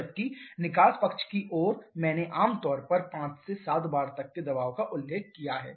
जबकि निकास पक्ष की ओर मैंने आमतौर पर 5 से 7 bar तक के दबाव का उल्लेख किया है